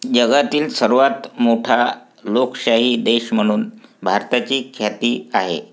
जगातील सर्वात मोठा लोकशाही देश म्हणून भारताची ख्याती आहे